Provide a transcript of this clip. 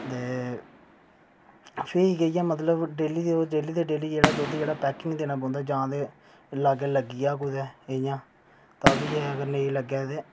ते फ्ही मतलब ओह् डेली दा डेली जेह्ड़ा पैकिंग देना पौंदा जां ते लागा लग्गी जा कुदै इं'या तां बी एह् नेईं तां